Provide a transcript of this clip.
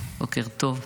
בוקר טוב.